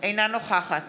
אינה נוכחת